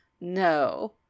no